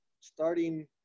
starting